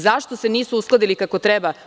Zašto se nisu uskladili kako treba?